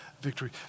victory